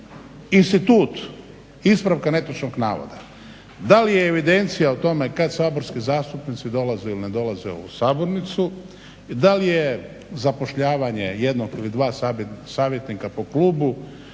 institut ispravka netočnog navoda, da li je evidencija o tome kad saborski zastupnici dolaze ili ne dolaze u Sabornicu, da li je zapošljavanje jednog ili dva savjetnika po klubu